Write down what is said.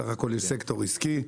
סך הכל, יש סקטור עסקי.